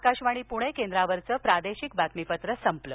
आकाशवाणी प्णे केंद्रावरचं प्रादेशिक बातमीपत्र संपलं